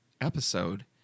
episode